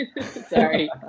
Sorry